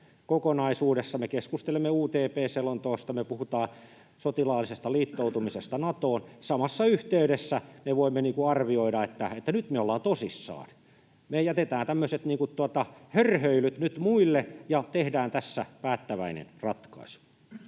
kokonaisuudessa: me keskustelemme UTP-selonteosta, me puhumme sotilaallisesta liittoutumisesta Natoon. Samassa yhteydessä me voimme arvioida, että nyt me olemme tosissamme. Me jätetään tämmöiset niin kuin hörhöilyt nyt muille ja tehdään tässä päättäväinen ratkaisu.